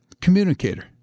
communicator